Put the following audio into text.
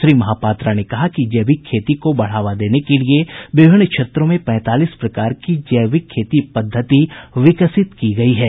श्री महापात्रा ने कहा कि जैविक खेती को बढ़ावा देने के लिए विभिन्न क्षेत्रों में पैंतालीस प्रकार की जैविक खेती पद्धति विकसित की गई है